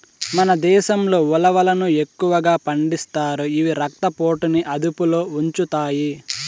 మన దేశంలో ఉలవలను ఎక్కువగా పండిస్తారు, ఇవి రక్త పోటుని అదుపులో ఉంచుతాయి